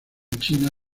china